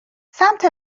سمت